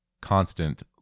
constant